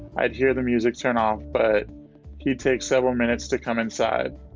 i'd hear the music turn off, but he'd take several minutes to come inside.